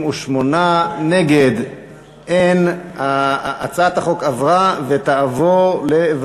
את הצעת חוק העסקת עובדים על-ידי קבלני שירות